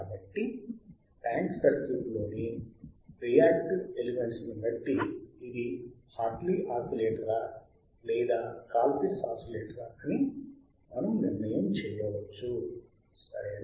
కాబట్టి ట్యాంక్ సర్క్యూట్లోని రియాక్టన్స్ ఎలిమెంట్స్ని బట్టి ఇది హార్ట్లీ ఆసిలేటరా లేదా కాల్ పిట్స్ ఆసిలేటరా అని మనం నిర్ణయం చేయవచ్చు సరేనా